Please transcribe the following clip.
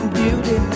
beauty